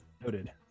Noted